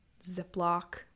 ziploc